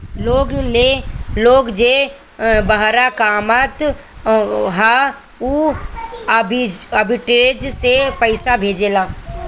लोग जे बहरा कामत हअ उ आर्बिट्रेज से पईसा भेजेला